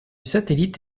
satellite